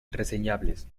reseñables